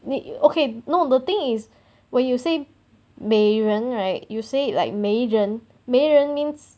你 okay no the thing is when you say 美人 right you say it like 没人没人 means